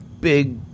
big